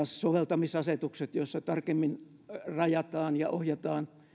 soveltamisasetukset joissa tarkemmin rajataan ja ohjataan